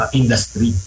industry